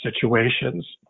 situations